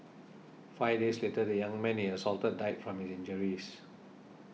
five days later the young man he assaulted died from injuries